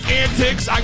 antics